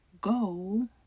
Go